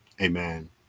Amen